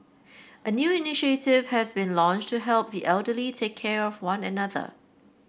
a new initiative has been launched to help the elderly take care of one another